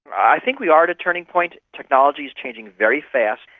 i think we are at a turning point, technology is changing very fast,